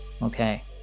Okay